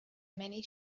many